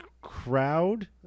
crowd